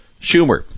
Schumer